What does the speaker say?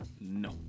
No